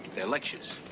they're lectures.